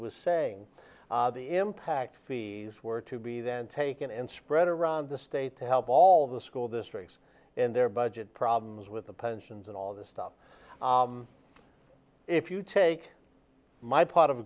was saying the impact fees were to be then taken and spread around the state to help all the school districts and their budget problems with the pensions and all this stuff if you take my pot of